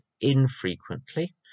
infrequently